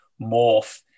morph